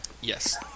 Yes